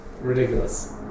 Ridiculous